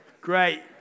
Great